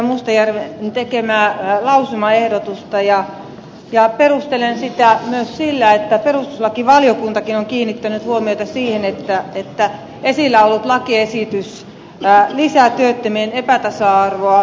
mustajärven tekemää lausumaehdotusta ja perustelen sitä myös sillä että perustuslakivaliokuntakin on kiinnittänyt huomiota siihen että esillä ollut lakiesitys lisää työttömien epätasa arvoa ja ed